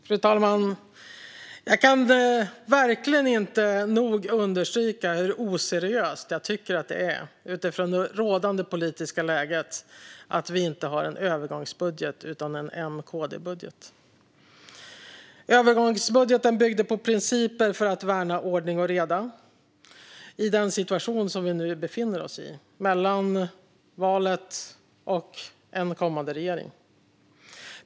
Fru talman! Jag kan verkligen inte nog understryka hur oseriöst jag tycker att det är utifrån det rådande politiska läget att vi inte har en övergångsbudget utan en M-KD-budget. Övergångsbudgeten byggde på principer för att värna ordning och reda i den situation vi nu befinner oss mellan valet och en kommande regering.